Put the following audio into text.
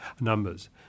numbers